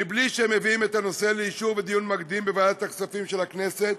מבלי שהם מביאים את הנושא לאישור ודיון מקדים בוועדת הכספים של הכנסת,